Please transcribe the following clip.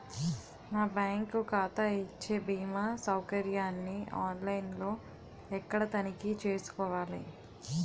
నా బ్యాంకు ఖాతా ఇచ్చే భీమా సౌకర్యాన్ని ఆన్ లైన్ లో ఎక్కడ తనిఖీ చేసుకోవాలి?